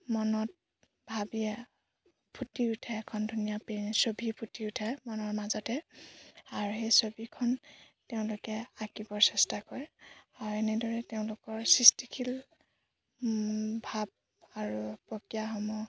মনত ভাবিয়ে ফুটি উঠে এখন ধুনীয়া পে ছবি ফুটি উঠে মনৰ মাজতে আৰু সেই ছবিখন তেওঁলোকে আঁকিবৰ চেষ্টা কৰে আৰু এনেদৰে তেওঁলোকৰ সৃষ্টিশীল ভাব আৰু প্ৰক্ৰিয়াসমূহ